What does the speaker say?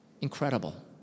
Incredible